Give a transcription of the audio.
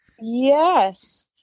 Yes